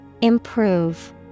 Improve